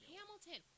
Hamilton